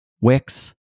Wix